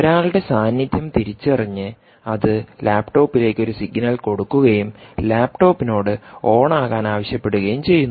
ഒരാളുടെ സാന്നിധ്യം തിരിച്ചറിഞ്ഞ് അത് ലാപ്ടോപ്പിലേക്ക് ഒരു സിഗ്നൽ കൊടുക്കുകയും ലാപ്ടോപ്പ് നോട് ഓൺ ആകാൻ ആവശ്യപ്പെടുകയും ചെയ്യുന്നു